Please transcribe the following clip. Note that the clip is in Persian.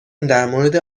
درمورد